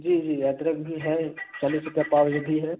जी जी अदरक भी है चालीस रुपये पाव यह भी है